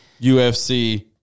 UFC